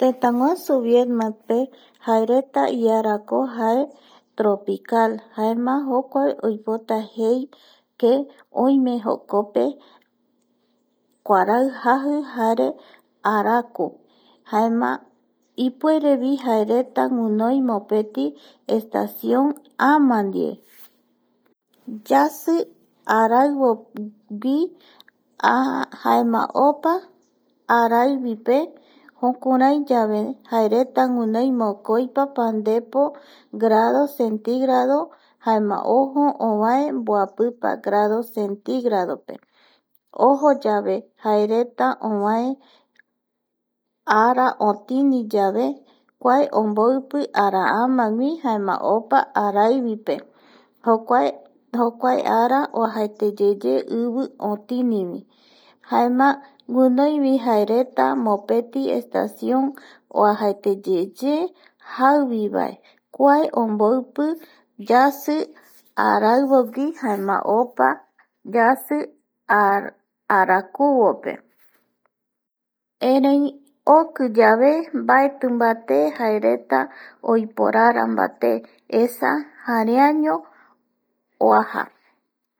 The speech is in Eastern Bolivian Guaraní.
Tëtägusu Vietnampe jaereta iarako jae tropical jaema jokua oipota jei que oime jokope, kuarai jai jare araku jaema ipuerevi jaereta guinoi mopeti estacion ama ndie yasi araivogui jaema opa araivipe jukuraiyave jaereta guinoi mokoipa pandepo grado centigrado jaema ojo ovae mboapipa grado centígrado pe ojo yave jaereta ovae ara otiniyave kua omboipi araamagui jaema opa araivipe jokua ara oajaeteyeye ivi otinivi jaema guinoivi jaereta mopeti estación oajaeteyeye jaivivae kua omboipi yasi araivogui jaema opa yasi arakuvope, erei okiyave jaereta mbaetimbate oiporarambaté esa jareaño oaja